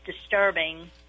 disturbing